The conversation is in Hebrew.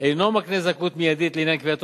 אינו מקנה זכאות מיידית לעניין קביעתו